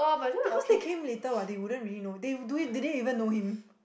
because they came later what they wouldn't really know they would do it didn't even know him